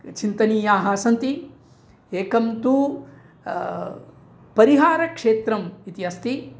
चिन्तनीयाः सन्ति एकं तु परिहारक्षेत्रम् इति अस्ति